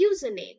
username